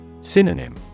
Synonym